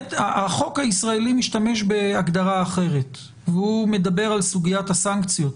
החוק הישראלי משתמש בהגדרה אחרת והוא מדבר על סוגיית הסנקציות.